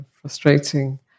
frustrating